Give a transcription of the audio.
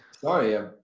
sorry